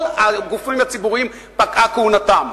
כל הגופים הציבוריים פקעה כהונתם.